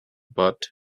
but